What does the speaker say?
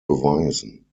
beweisen